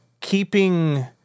keeping